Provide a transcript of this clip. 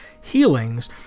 healings